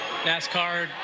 nascar